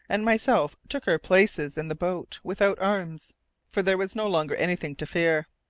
and myself took our places in the boat without arms for there was no longer anything to fear.